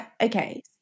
Okay